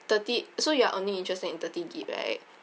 thirty so you are only interested in thirty gig right